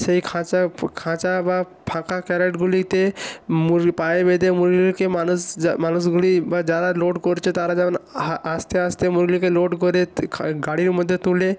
সেই খাঁচাপো খাঁচা বা ফাঁকা ক্যারেটগুলিতে মুর পায়ে বেঁধে মুরগিগুলোকে মানুষ যা মানুষগুলি বা যারা লোড করছে তারা যেমন আস্তে আস্তে মুরগিকে লোড করে গাড়ির মধ্যে তুলে